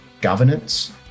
governance